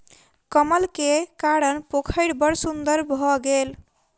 कमल के कारण पोखैर बड़ सुन्दर भअ गेल